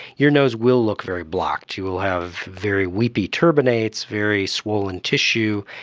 your nose will look very blocked, you will have very weepy turbinates, very swollen tissue,